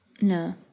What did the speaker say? No